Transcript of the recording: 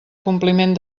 compliment